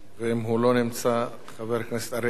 ואם הוא לא נמצא, חבר הכנסת אריאל.